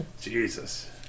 Jesus